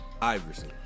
Iverson